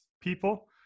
People